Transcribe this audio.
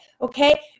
okay